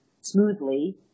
smoothly